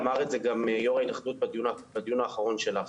אמר את זה גם יו"ר ההתאחדות בדיון האחרון שלך.